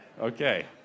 Okay